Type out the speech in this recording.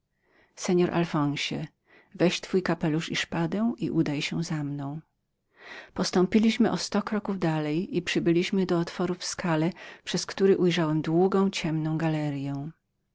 seor alfonsie weź twój kapelusz i szpadę i udaj się za mną postąpiliśmy o sto kroków dalej i przybyliśmy do otworu w skale przez który ujrzałem długą ciemną galeryę